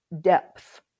depth